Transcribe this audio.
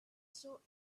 sword